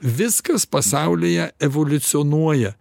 viskas pasaulyje evoliucionuoja